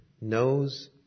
knows